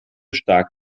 stark